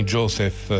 Joseph